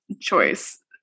choice